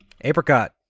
Apricot